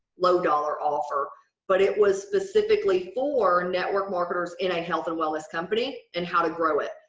low dollar offer but it was specifically for network marketers in a health and wellness company and how to grow it.